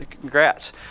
Congrats